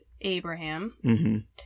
Abraham